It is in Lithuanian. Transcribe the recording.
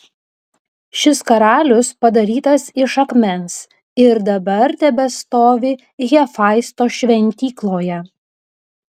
šis karalius padarytas iš akmens ir dabar tebestovi hefaisto šventykloje